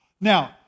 Now